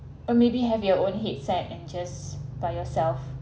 or maybe have your own headset and just by yourself